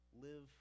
Live